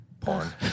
Porn